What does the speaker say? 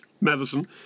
Madison